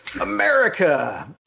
America